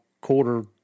quarter